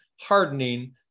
hardening